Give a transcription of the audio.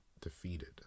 defeated